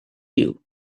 you